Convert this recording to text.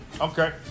okay